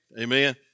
Amen